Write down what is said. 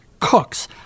cooks